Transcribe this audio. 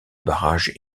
barrages